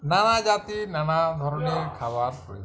নানা জাতির নানা ধরনের খাবার রয়েছে